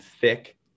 thick